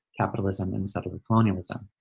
capitalism and settler colonialism.